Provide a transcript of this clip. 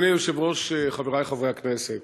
אדוני היושב-ראש, חברי חברי הכנסת,